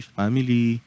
family